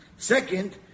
Second